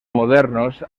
modernos